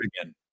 again